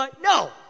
No